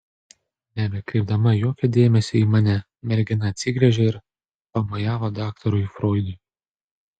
nebekreipdama jokio dėmesio į mane mergina atsigręžė ir pamojavo daktarui froidui